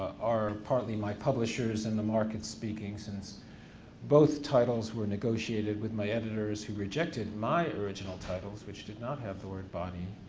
are partly my publishers and the market speaking since both titles were negotiated with my editors who rejected my original titles which did not have the word body.